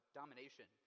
domination